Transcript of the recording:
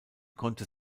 konnte